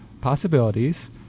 possibilities